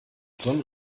sonn